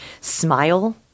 smile